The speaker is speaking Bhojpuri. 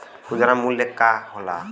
खुदरा मूल्य का होला?